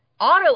auto